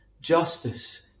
justice